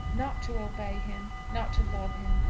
not to obey him, not to love him,